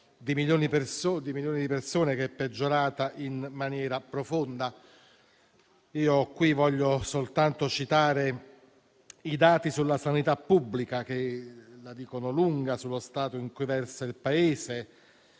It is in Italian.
di milioni di persone che è peggiorata in maniera profonda. Qui voglio soltanto citare i dati sulla sanità pubblica, che la dicono lunga sullo stato in cui versa il Paese